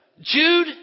Jude